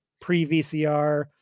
pre-VCR